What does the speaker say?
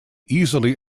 easily